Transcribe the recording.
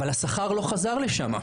אבל השכר לא חזר לשם.